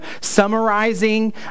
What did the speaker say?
summarizing